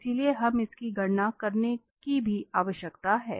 इसलिए हमें इसकी गणना करने की भी आवश्यकता है